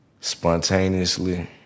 spontaneously